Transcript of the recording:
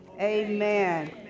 amen